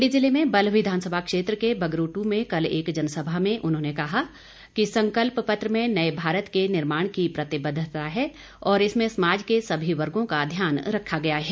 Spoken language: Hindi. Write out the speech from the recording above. मण्डी जिले में बल्ह विधानसभा क्षेत्र के बगरोटु मे कल एक जनसभा में उन्होंने कहा कि संकल्प पत्र में नए भारत के निर्माण की प्रतिबद्धता है और इसमें समाज के सभी वर्गों का ध्यान रखा गया है